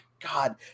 God